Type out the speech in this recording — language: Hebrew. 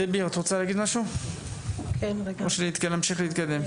דבי את רוצה להגיד משהו, או שנמשיך להתקדם?